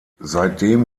seitdem